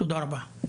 תודה רבה.